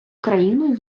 країну